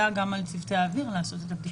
גם על צוותי האוויר לעשות את הבדיקה.